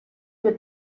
with